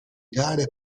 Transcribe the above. gare